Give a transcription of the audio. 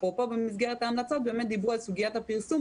במסגרתן התייחסו גם לסוגיית הפרסום,